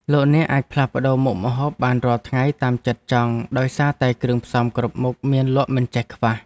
លោកអ្នកអាចផ្លាស់ប្តូរមុខម្ហូបបានរាល់ថ្ងៃតាមចិត្តចង់ដោយសារតែគ្រឿងផ្សំគ្រប់មុខមានលក់មិនចេះខ្វះ។